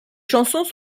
chansons